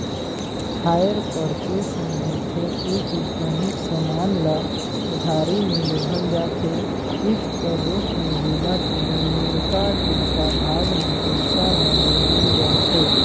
hire purchase में होथे ए कि काहींच समान ल उधारी में लेहल जाथे किस्त कर रूप में जेला टुड़का टुड़का भाग में पइसा ल देहल जाथे